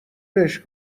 بهش